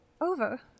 over